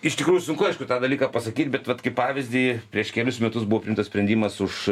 iš tikrųjų sunku aišku tą dalyką pasakyt bet vat kaip pavyzdį prieš kelis metus buvo priimtas sprendimas už